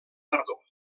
tardor